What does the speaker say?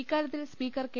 ഇക്കാര്യത്തിൽ speaker K